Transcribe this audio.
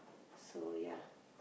so yeah